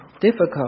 difficult